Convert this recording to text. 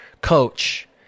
coach